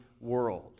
world